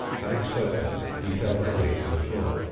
having spoken, he fell heavily to the floor.